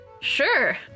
sure